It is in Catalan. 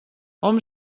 hom